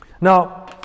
Now